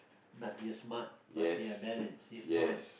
must be a smart must be a balance if not